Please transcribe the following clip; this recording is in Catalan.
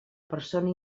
persona